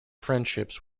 friendships